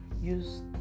use